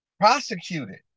prosecuted